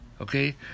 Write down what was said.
Okay